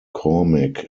mccormick